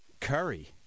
Curry